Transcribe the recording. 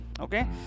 okay